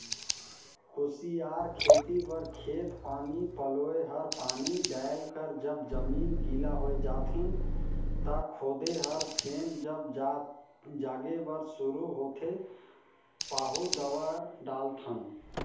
कुसियार खेती बर खेत पानी पलोए हन पानी डायल कर जब जमीन गिला होए जाथें त खोदे हन फेर जब जागे बर शुरू होथे पाहु दवा डालथन